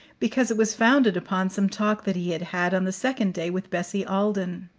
because it was founded upon some talk that he had had, on the second day, with bessie alden.